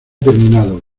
terminado